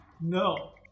No